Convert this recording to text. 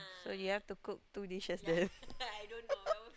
so you have to cook two dishes then